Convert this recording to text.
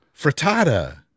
frittata